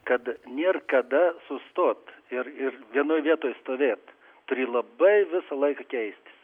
kad nėr kada sustot ir ir vienoj vietoj stovėt turi labai visą laiką keistis